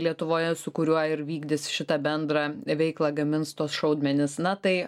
lietuvoje su kuriuo ir vykdys šitą bendrą veiklą gamins tuos šaudmenis na tai